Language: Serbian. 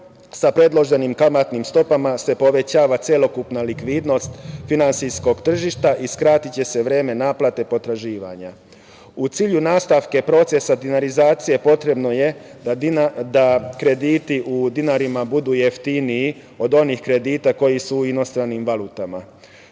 Sa predloženim kamatnim stopama se povećava celokupna likvidnost finansijskog tržišta, skratiće se vreme naplate potraživanja.U cilju nastavka procesa dinarizacije potrebno je da krediti u dinarima budu jeftiniji od onih kredita koji su u inostranim valutama.